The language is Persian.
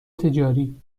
تجاری